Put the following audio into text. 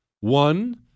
One